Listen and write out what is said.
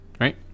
right